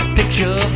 picture